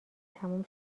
تموم